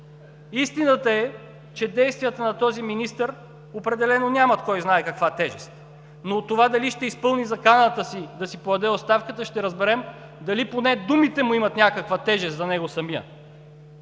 Истината е, че действията на този министър определено нямат кой знае каква тежест. Но от това дали ще изпълни заканата си да си подаде оставката ще разберем дали поне думите му имат някаква тежест за него самия!